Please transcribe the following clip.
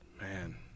Man